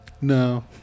No